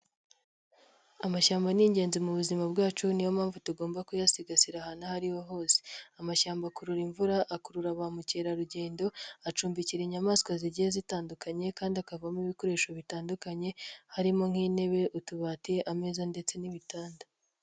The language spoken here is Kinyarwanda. Amashyamba ni ingenzi mu buzima bwacu, niyo mpamvu tugomba kuyasigasira ahantu ahariho hose, amashyamba akurura imvura akurura ba mukerarugendo acumbikira inyamaswa zigiye zitandukanye kandi akavamo ibikoresho bitandukanye, harimo nk'intebe utubati ameza ndetse n'ibitanda.